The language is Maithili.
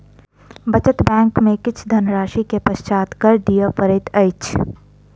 बचत बैंक में किछ धनराशि के पश्चात कर दिअ पड़ैत अछि